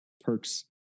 perks